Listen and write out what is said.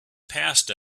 passed